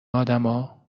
آدمها